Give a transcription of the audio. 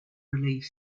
relief